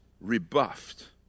rebuffed